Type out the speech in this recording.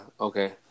okay